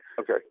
Okay